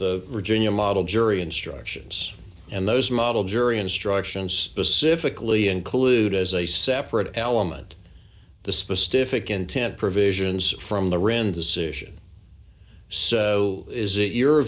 your model jury instructions and those model jury instructions specifically include as a separate element the specific intent provisions from the rand decision so is it your